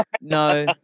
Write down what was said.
no